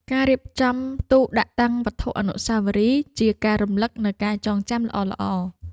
ការរៀបចំទូដាក់តាំងវត្ថុអនុស្សាវរីយ៍ ជាការរំលឹកនូវការចងចាំល្អៗ។